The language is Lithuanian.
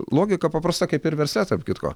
logika paprasta kaip ir versle tarp kitko